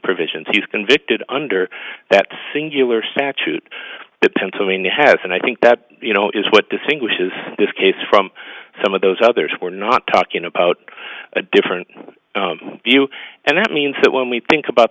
provisions he's convicted under that singular statute that pennsylvania has and i think that you know is what distinguishes this case from some of those others we're not talking about a different view and that means that when we think about